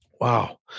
Wow